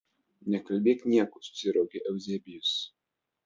nekalbėk niekų susiraukė euzebijus